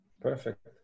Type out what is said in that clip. Perfect